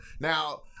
now